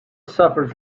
suffered